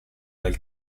del